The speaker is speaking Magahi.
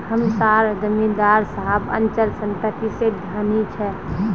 हम सार जमीदार साहब अचल संपत्ति से धनी छे